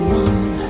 one